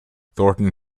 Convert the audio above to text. thornton